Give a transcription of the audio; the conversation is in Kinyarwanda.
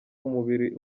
umubiri